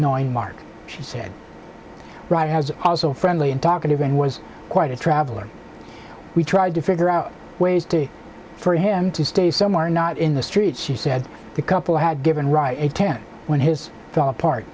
knowing mark she said wright has also friendly and talkative and was quite a traveler we tried to figure out ways to for him to stay somewhere not in the streets she said the couple had given right ten when his fell apart